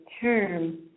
term